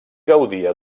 gaudia